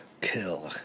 Kill